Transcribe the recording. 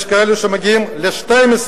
יש כאלה שמגיעות ל-12,